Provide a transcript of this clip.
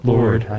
Lord